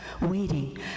waiting